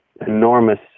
enormous